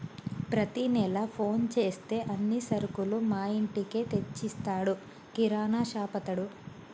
ప్రతి నెల ఫోన్ చేస్తే అన్ని సరుకులు మా ఇంటికే తెచ్చిస్తాడు కిరాణాషాపతడు